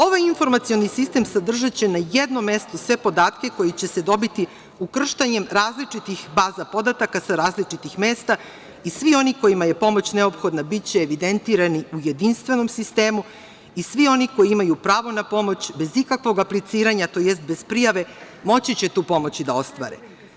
Ovaj informacioni sistem sadržaće na jednom mestu sve podatke koji će se dobiti ukrštanjem različitih baza podataka sa različitih mesta i svi oni kojima je pomoć neophodna biće evidentirani u jedinstvenom sistemu i svi oni koji imaju pravo na pomoć, bez ikakvog apliciranja, tj. bez prijave, moći će tu pomoć i da ostvare.